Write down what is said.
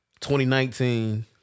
2019